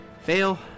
fail